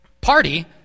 party